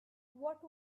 what